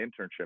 internship